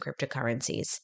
cryptocurrencies